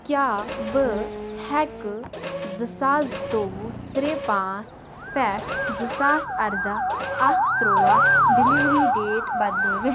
کیٛاہ بہٕ ہٮ۪کہٕ زٕ ساس زٕتووُہ ترٛے پانژھ پٮ۪ٹھ زٕساس ارداہ اکھ تٕرٛواہ ڈلیؤری ڈیٹ بدلٲوِتھ